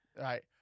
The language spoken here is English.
Right